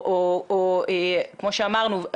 או כמו שאמרנו,